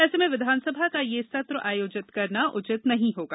ऐसे में विधानसभा का यह सत्र आयोजित करना उचित नहीं होगा